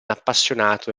appassionato